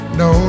no